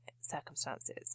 circumstances